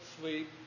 sleep